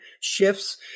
shifts